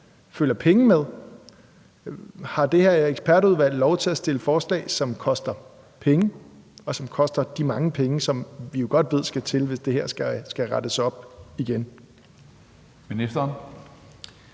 følger penge med? Har det her ekspertudvalg lov til at komme med forslag, som også koster penge, og som koster de mange penge, som vi jo godt ved at der skal til, hvis det her skal rettes op igen? Kl.